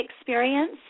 experience